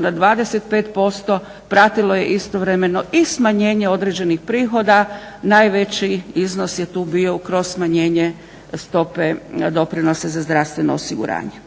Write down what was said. na 25% pratilo je istovremeno i smanjenje određenih prihoda. Najveći iznos je tu bio kroz smanjenje stope doprinosa za zdravstveno osiguranje.